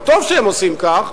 וטוב שהם עושים כך,